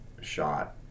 Shot